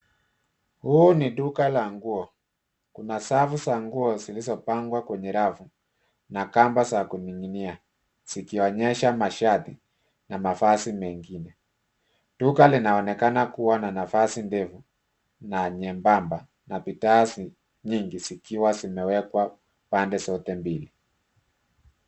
Huu ni duka la nguo kuna safu zilizo pangwa kwenye rafu na kamba za kuninginia zikionyesha mashati na mavazi mengine. Duka linaonekana kuwa na nafasi ndefu na nyembamba na bidhaa nyingi zikiwa zimewekwa pande zote mbili.